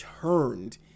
turned